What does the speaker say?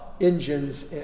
engines